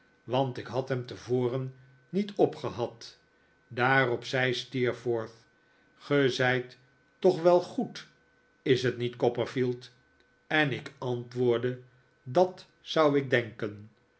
want ik had hem tevoren niet opgehad daarop zei steerforth ge zijt toch wel goed is t niet copperfield en ik antwoordde dat zou ik denken